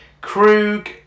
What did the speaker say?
Krug